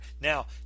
Now